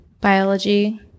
biology